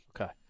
Okay